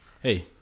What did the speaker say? Hey